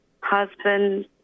husband